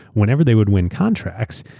whenever they would win contracts,